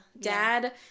dad